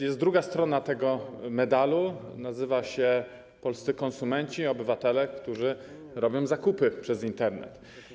Jest druga strona tego medalu, która nazywa się: polscy konsumenci, obywatele, którzy robią zakupy przez Internet.